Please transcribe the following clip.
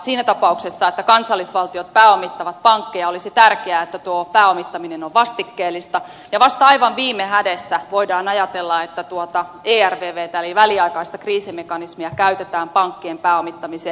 siinä tapauksessa että kansallisvaltiot pääomittavat pankkeja olisi tärkeää että tuo pääomittaminen on vastikkeellista ja vasta aivan viime hädässä voidaan ajatella että tuota ervvtä eli väliaikaista kriisimekanismia käytetään pankkien pääomittamiseen